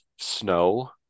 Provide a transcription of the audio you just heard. snow